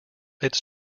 its